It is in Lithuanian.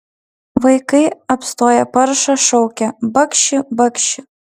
vaikai apstoję paršą šaukia bakši bakši